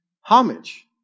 homage